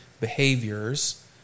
behaviors